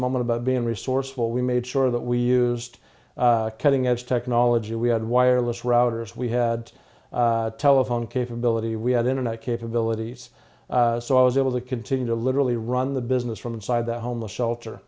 about being resourceful we made sure that we used cutting edge technology we had wireless routers we had telephone capability we had internet capabilities so i was able to continue to literally run the business from inside the home the shelter